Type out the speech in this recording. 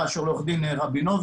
מאוד ומשפילה כל בן אדם שעומד מולם,